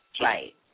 right